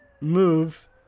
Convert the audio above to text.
move